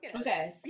okay